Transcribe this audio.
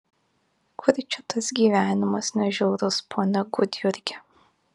kur čia tas gyvenimas ne žiaurus pone gudjurgi